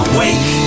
wake